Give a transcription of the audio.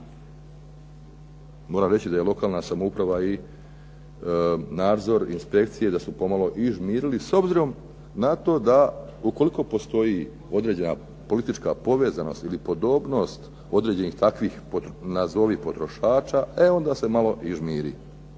Moram reći da je lokalna samouprava i nadzor inspekcije da su pomalo i žmirili, s obzirom na to da postoji određena politička ili podobnost određenih takvih nazovi potrošača, e onda se pomalo i žmiri.